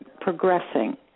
progressing